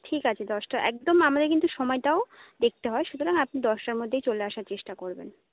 ঠিক আছে দশটা একদম আমাদের কিন্তু সময়টাও দেখতে হয় সুতরাং আপনি দশটার মধ্যেই চলে আসার চেষ্টা করবেন